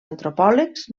antropòlegs